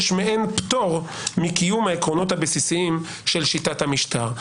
יש מעין פטור מקיום העקרונות הבסיסיים של שיטת המשטרה.